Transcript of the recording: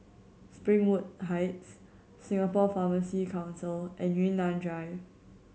Springwood Heights Singapore Pharmacy Council and Yunnan Drive